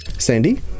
Sandy